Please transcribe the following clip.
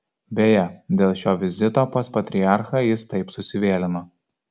beje dėl šio vizito pas patriarchą jis taip susivėlino